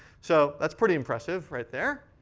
so that's pretty impressive right there.